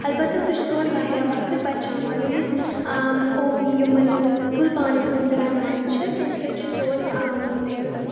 البتہ سُہ چھُ سون واریاہ وقت بَچاوان یِم أسۍ او یِمَن منٛز کھُلہٕ بانَن منٛز رَنان چھِ تمہِ سۭتۍ چھُ سون یُس